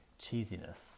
cheesiness